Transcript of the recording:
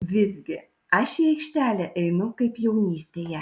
visgi aš į aikštelę einu kaip jaunystėje